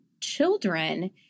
children